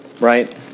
right